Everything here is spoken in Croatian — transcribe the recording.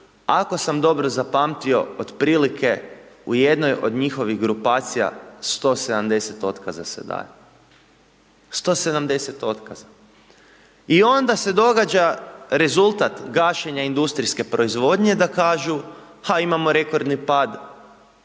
ako sam dobro zapamtio, u jednoj od njihovih grupacija 170 otkaza se daje, 170 otkaza. I onda se događa rezultat gašenja industrijske proizvodnje da kažu, imamo rekordni pad